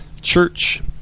church